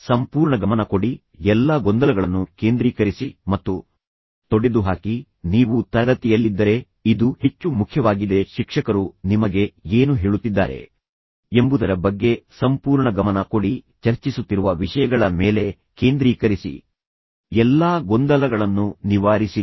ಸಂಪೂರ್ಣ ಗಮನ ಕೊಡಿ ಎಲ್ಲಾ ಗೊಂದಲಗಳನ್ನು ಕೇಂದ್ರೀಕರಿಸಿ ಮತ್ತು ತೊಡೆದುಹಾಕಿ ನೀವು ತರಗತಿಯಲ್ಲಿದ್ದರೆ ಇದು ಹೆಚ್ಚು ಮುಖ್ಯವಾಗಿದೆ ಶಿಕ್ಷಕರು ನಿಮಗೆ ಏನು ಹೇಳುತ್ತಿದ್ದಾರೆ ಎಂಬುದರ ಬಗ್ಗೆ ಸಂಪೂರ್ಣ ಗಮನ ಕೊಡಿ ಚರ್ಚಿಸುತ್ತಿರುವ ವಿಷಯಗಳ ಮೇಲೆ ಕೇಂದ್ರೀಕರಿಸಿ ಎಲ್ಲಾ ಗೊಂದಲಗಳನ್ನು ನಿವಾರಿಸಿರಿ